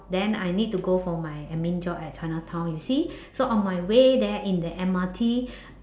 then I need to go for my admin job at chinatown you see so on my way there in the M_R_T